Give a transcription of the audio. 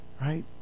Right